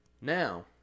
now